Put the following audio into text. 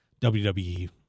WWE